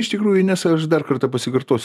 iš tikrųjų nes aš dar kartą pasikartosiu